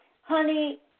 honey